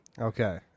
Okay